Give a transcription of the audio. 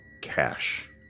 cash